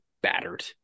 battered